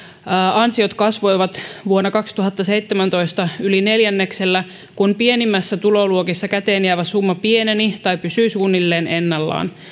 ansiot kasvoivat vuonna kaksituhattaseitsemäntoista yli neljänneksellä kun pienimmissä tuloluokissa käteen jäävä summa pieneni tai pysyi suunnilleen ennallaan